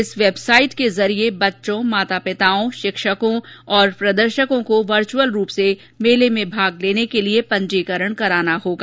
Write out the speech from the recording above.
इस वेबसाइट के जरिये बच्चों माता पिता शिक्षकों प्रदर्शकों को वर्चेअल रूप से मेले में भाग लेने के लिए पंजीकरण कराना होगा